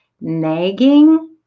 nagging